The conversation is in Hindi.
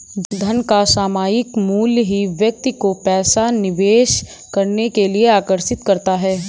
धन का सामायिक मूल्य ही व्यक्ति को पैसा निवेश करने के लिए आर्कषित करता है